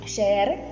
Share